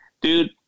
dude